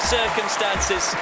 circumstances